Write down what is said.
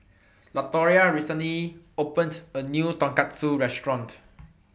Latoria recently opened A New Tonkatsu Restaurant